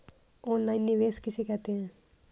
Online निवेश किसे कहते हैं?